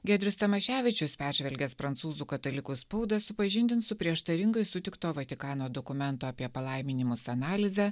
giedrius tamaševičius peržvelgęs prancūzų katalikų spaudą supažindins su prieštaringai sutikto vatikano dokumento apie palaiminimus analizę